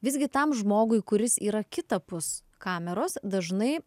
visgi tam žmogui kuris yra kitapus kameros dažnai